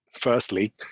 firstly